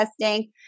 testing